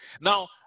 now